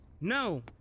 No